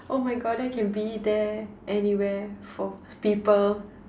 oh my God then I can be there anywhere for people